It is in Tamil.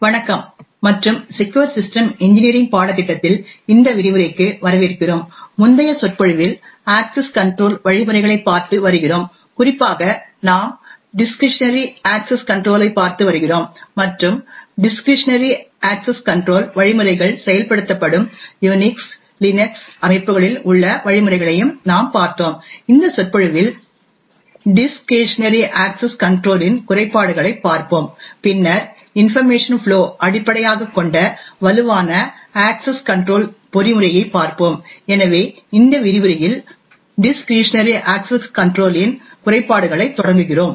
வணக்கம் மற்றும் செக்யூர் சிஸ்டம் இன்ஜினியரிங் பாடத்திட்டத்தில் இந்த விரிவுரைக்கு வரவேற்கிறோம் முந்தைய சொற்பொழிவில் அக்சஸ் கன்ட்ரோல் வழிமுறைகளைப் பார்த்து வருகிறோம் குறிப்பாக நாம் டிஸ்க்ரிஷனரி அக்சஸ் கன்ட்ரோல் ஐ பார்த்து வருகிறோம் மற்றும் டிஸ்க்ரிஷனரி அக்சஸ் கன்ட்ரோல் வழிமுறைகள் செயல்படுத்தப்படும் யூனிக்ஸ் லினக்ஸ் அமைப்புகளில் உள்ள வழிமுறைகளையும் நாம் பார்த்தோம் இந்த சொற்பொழிவில் டிஸ்க்ரிஷனரி அக்சஸ் கன்ட்ரோல் இன் குறைபாடுகளைப் பார்ப்போம் பின்னர் இன்பர்மேஷன் ஃப்ளோ அடிப்படையாகக் கொண்ட வலுவான அக்சஸ் கன்ட்ரோல் பொறிமுறையைப் பார்ப்போம் எனவே இந்த விரிவுரையில் டிஸ்க்ரிஷனரி அக்சஸ் கன்ட்ரோல் இன் குறைபாடுகளைத் தொடங்குகிறோம்